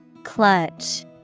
Clutch